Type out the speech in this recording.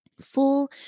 Full